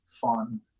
fun